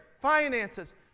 Finances